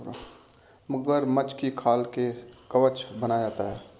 मगरमच्छ की खाल से कवच बनाया जाता है